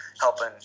helping